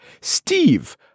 Steve